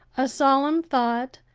a solemn thought,